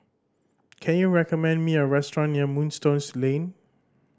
can you recommend me a restaurant near Moonstone Lane